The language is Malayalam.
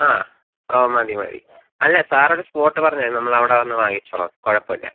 ആ ഓ മതി മതി അല്ല സാർ ഒരു സ്പോട്ട് പറഞ്ഞാൽ മതി നമ്മൾ അവിടെ വന്ന് വാങ്ങിച്ചോളാം കുഴപ്പമില്ല